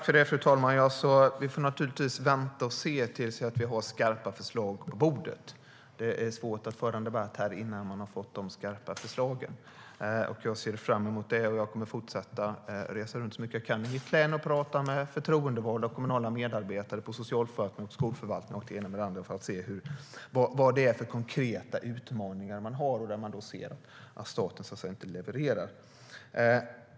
Fru talman! Vi får naturligtvis vänta och se tills det finns skarpa förslag på bordet. Det är svårt att föra en debatt här innan vi har fått dessa skarpa förslag. Jag ser fram emot det. Jag kommer att fortsätta resa runt så mycket jag kan i mitt län och tala med förtroendevalda och kommunala medarbetare på socialförvaltningen, skolförvaltningen och så vidare för att se vilka konkreta utmaningar man har och där man ser att staten så att säga inte levererar.